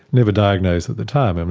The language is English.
never diagnosed at the time. i mean,